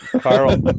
Carl